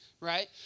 Right